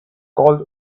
called